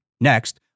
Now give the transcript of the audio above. Next